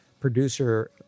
Producer